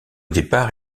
départ